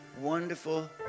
Wonderful